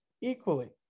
equally